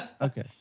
Okay